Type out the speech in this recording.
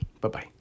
Bye-bye